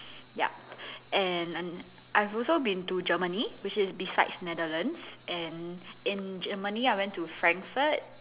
yup and I've also been to Germany which is beside Netherlands and in Germany I went to Frankfurt